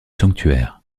sanctuaire